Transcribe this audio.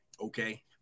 Okay